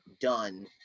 done